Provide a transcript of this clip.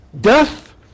Death